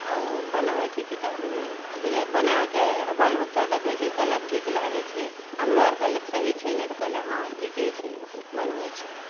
आओर ओ बनबै छै किताबमे अपने बनैके बालबच्चा देखै छै कहलक ठीक लागै छै हमरो आओर कहलक सही छै नहि तऽ कहले हाँ ठिके छै बनबै छै